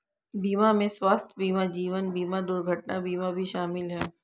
बीमा में स्वास्थय बीमा जीवन बिमा दुर्घटना बीमा भी शामिल है